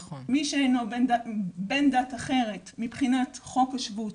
מי שאינו בן דת אחרת מבחינת חוק השבות,